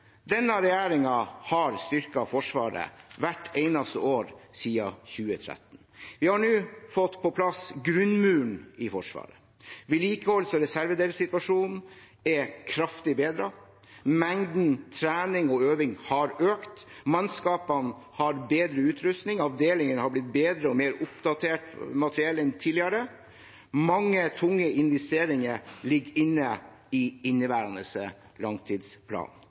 Denne regjeringen har styrket Forsvaret hvert eneste år siden 2013. Vi har nå fått på plass grunnmuren i Forsvaret. Vedlikeholds- og reservedelssituasjonen er kraftig bedret, mengden trening og øving har økt, mannskapene har bedre utrustning, avdelingene har blitt bedre og har mer oppdatert materiell enn tidligere – mange tunge investeringer ligger inne i inneværende langtidsplan.